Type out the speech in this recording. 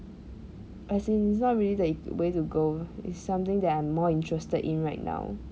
as in it's not really the way to go it's something that I'm more interested in right now